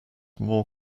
more